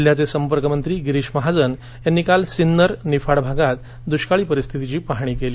जिल्ह्याचे संपर्कमंत्री गिरीश महाजन यांनी काल सिन्नर निफाड भागात दुष्काळी स्थितीची पाहणी केली